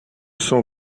son